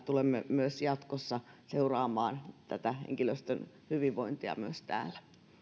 että tulemme myös jatkossa seuraamaan tätä henkilöstön hyvinvointia myös täällä